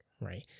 right